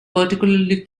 particularly